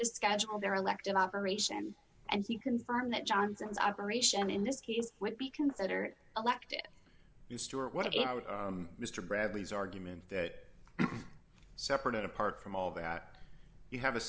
just schedule their elective operation and he confirmed that johnson's operation in this case would be considered elective store what if mr bradley's argument that separate and apart from all that you have a